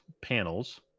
panels